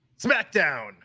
Smackdown